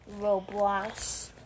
Roblox